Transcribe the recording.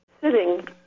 sitting